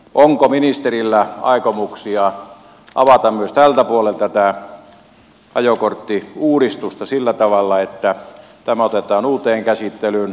onko ministerillä aikomuksia avata myös tältä puolen tätä ajokorttiuudistusta sillä tavalla että tämä otetaan uuteen käsittelyyn